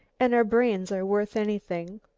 and our brains are worth anything,